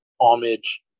homage